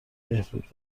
بهبود